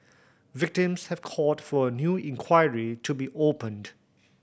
victims have called for a new inquiry to be opened